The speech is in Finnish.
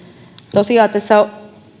tosiaan tässä